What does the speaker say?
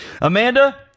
Amanda